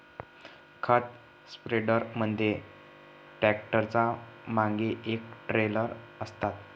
खत स्प्रेडर मध्ये ट्रॅक्टरच्या मागे एक ट्रेलर असतं